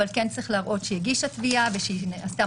אבל כן צריך להראות שהיא הגישה תביעה ועשתה